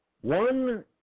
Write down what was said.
One